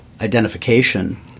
identification